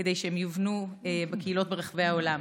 כדי שהם יובנו בקהילות ברחבי העולם.